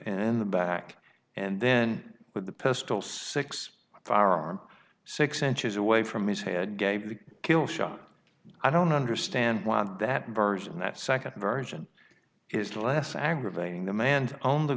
in the back and then with the post or six firearm six inches away from his head gave the kill shot i don't understand why that version that nd version is less aggravating demand on the